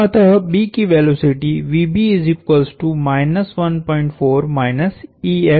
अत B की वेलोसिटीहै